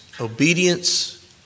obedience